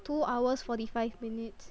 two hours forty five minutes